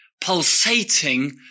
pulsating